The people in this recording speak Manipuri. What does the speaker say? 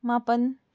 ꯃꯥꯄꯜ